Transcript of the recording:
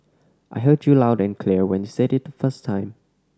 I heard you loud and clear when you said it the first time